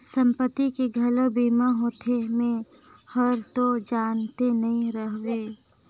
संपत्ति के घलो बीमा होथे? मे हरतो जानते नही रहेव